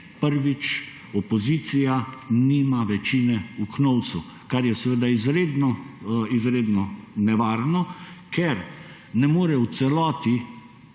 prvič opozicija nima večine v Knovsu. Kar je izredno izredno nevarno, ker ne more v celoti